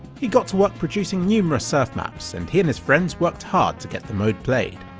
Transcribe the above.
he got to work producing numerous surf maps and he and his friends worked hard to get the mode played.